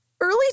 early